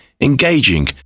engaging